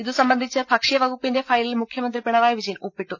ഇതു സംബന്ധിച്ച് ഭക്ഷ്യ വകുപ്പിന്റെ ഫയലിൽ മുഖ്യമന്ത്രി പിണറായി വിജയൻ ഒപ്പിട്ടു